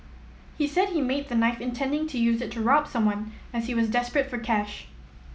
he said he made the knife intending to use it to rob someone as he was desperate for cash